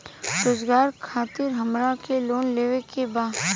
रोजगार खातीर हमरा के लोन लेवे के बा?